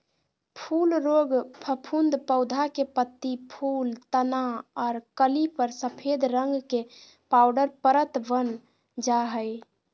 फूल रोग फफूंद पौधा के पत्ती, फूल, तना आर कली पर सफेद रंग के पाउडर परत वन जा हई